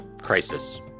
crisis